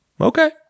Okay